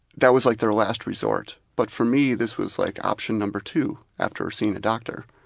that was like their last resort. but for me this was like option number two, after seeing a doctor,